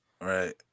Right